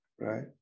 right